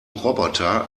roboter